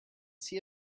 see